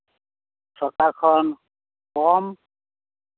ᱥᱚᱨᱠᱟᱨ ᱠᱷᱚᱱ ᱠᱚᱢ